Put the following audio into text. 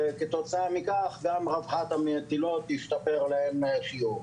וכתוצאה מכך, גם רווחת המטילות תשתפר לאין שיעור.